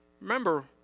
Remember